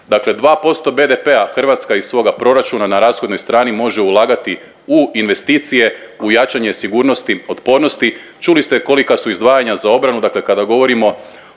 Dakle, 2% BDP-a Hrvatska iz svoga proračuna na rashodnoj strani može ulagati u investicije, u jačanje sigurnosti, otpornosti. Čuli ste kolika su izdvajanja za obranu, dakle kada govorimo